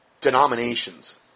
denominations